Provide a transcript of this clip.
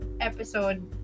episode